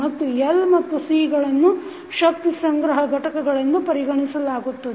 ಮತ್ತು L ಮತ್ತು C ಗಳನ್ನು ಶಕ್ತಿ ಸಂಗ್ರಹ ಘಟಕಗಳೆಂದು ಪರಿಗಣಿಸಲಾಗುತ್ತದೆ